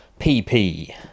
PP